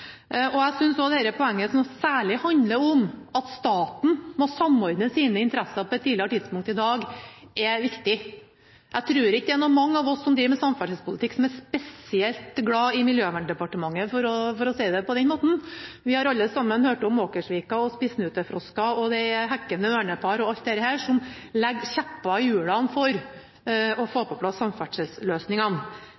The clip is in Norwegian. Jeg synes også det poenget som særlig handler om at staten må samordne sine interesser på et tidligere tidspunkt i dag, er viktig. Jeg tror ikke det er mange av oss som driver med samferdselspolitikk, som er spesielt glad i Miljøverndepartementet – for å si det på den måten. Vi har alle sammen hørt om Åkersvika og spissnutefrosker og hekkende ørnepar og alt det som stikker kjepper i hjulene for å få